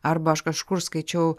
arba aš kažkur skaičiau